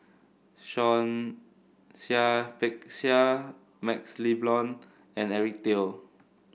Seah Peck Seah MaxLe Blond and Eric Teo